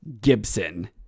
Gibson